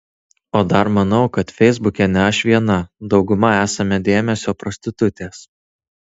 o dar manau kad feisbuke ne aš viena dauguma esame dėmesio prostitutės